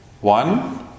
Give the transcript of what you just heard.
One